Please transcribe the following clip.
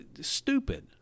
stupid